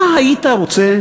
מה היית רוצה,